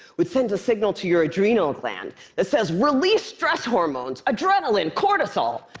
which sends a signal to your adrenal gland that says, release stress hormones! adrenaline! cortisol!